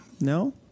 No